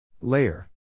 Layer